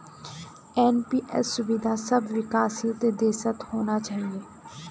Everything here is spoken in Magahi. एन.पी.एस सुविधा सब विकासशील देशत होना चाहिए